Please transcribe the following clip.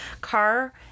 car